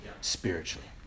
spiritually